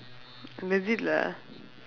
legit lah